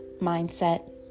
mindset